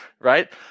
right